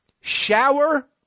shower